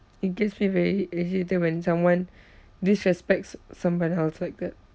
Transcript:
it gets me very irritated when someone disrespects somebody else like that